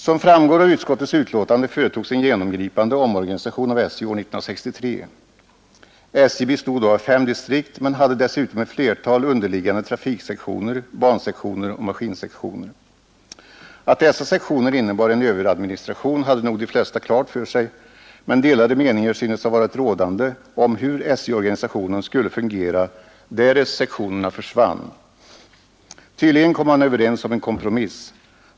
Som framgår av utskottets betänkande företogs en genomgripande omorganisation 1963. SJ bestod då av fem distrikt men hade dessutom ett flertal underliggande trafiksektioner, bansektioner och maskinsektioner. Att dessa sektioner innebar en överadministration hade nog de flesta klart för sig, men delade meningar synes ha varit rådande om hur SJ-organisationen skulle fungera därest sektionerna försvann. Tydligen kom man överens om en kompromiss.